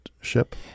ship